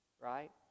Right